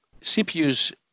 CPUs